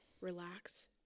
relax